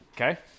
Okay